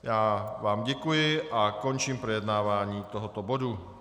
Já vám děkuji a končím projednávání tohoto bodu.